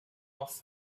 off